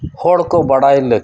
ᱦᱚᱲ ᱠᱚ ᱵᱟᱰᱟᱭ ᱞᱟᱹᱠᱛᱤ ᱠᱟᱱᱟ